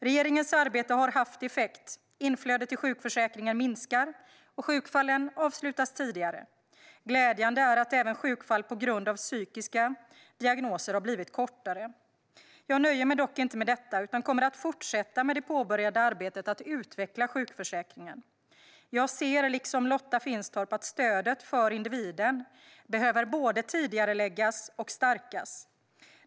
Regeringens arbete har haft effekt. Inflödet till sjukförsäkringen minskar och sjukfallen avslutas tidigare. Glädjande är att även sjukfall på grund av psykiska diagnoser har blivit kortare. Jag nöjer mig dock inte med detta, utan kommer att fortsätta med det påbörjade arbetet att utveckla sjukförsäkringen. Jag ser, liksom Lotta Finstorp, att stödet för individen behöver både tidigareläggas och stärkas.